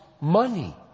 money